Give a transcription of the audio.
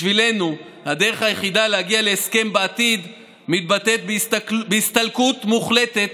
בשבילנו הדרך היחידה" להגיע "להסכם בעתיד מתבטאת בהסתלקות מוחלטת